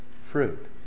fruit